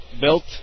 built